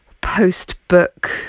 post-book